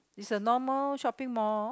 is a normal shopping mall